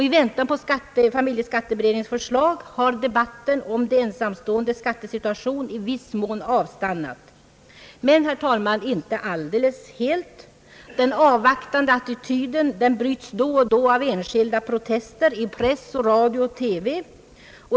I väntan på familjeskatteberedningens förslag har debatten om de ensamståendes skattesituation i viss mån avstannat men, herr talman, dock inte helt. Den avvaktande attityden bryts då och då av enskilda protester i press och radio-TV.